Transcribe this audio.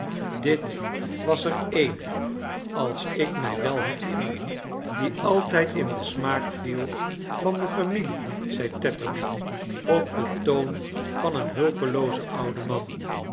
dit was er een als ik mij wel herinner die altijd in den smaak viel van de familie zei tetterby op den toon van een hulpeloozen ouden man